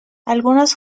algunos